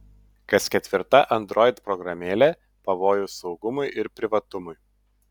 kas ketvirta android programėlė pavojus saugumui ir privatumui